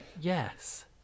Yes